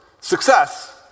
success